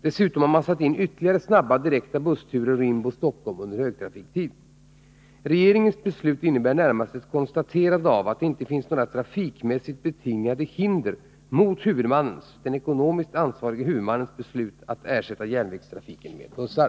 Dessutom har man satt in ytterligare snabba direkta bussturer Rimbo-Stockholm under högtrafiktid. Regeringens beslut innebär närmast ett konstaterande av att det inte finns några trafikmässigt betingade hinder mot den ekonomiskt ansvarige huvudmannens beslut att ersätta järnvägstrafiken med bussar.